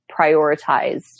prioritized